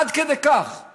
עד כדי כך,